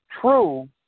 true